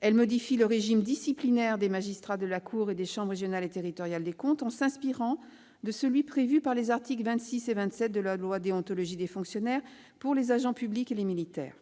Elle modifie le régime disciplinaire des magistrats de la Cour et des chambres régionales et territoriales des comptes en s'inspirant de celui qui est prévu par les articles 26 et 27 de la loi relative à la déontologie et aux droits et obligations des fonctionnaires pour les agents publics et les militaires.